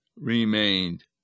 remained